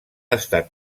estat